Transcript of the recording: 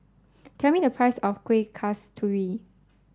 tell me the price of Kueh Kasturi